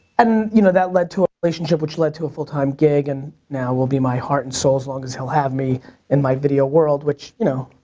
and, you know, that led to a relationship which lead to a full time gig. and now, will be my heart and soul as long as he'll have me in my video's world, which, you know,